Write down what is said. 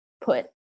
put